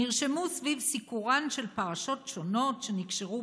נרשמו סביב סיקורן של פרשות שונות שנקשרו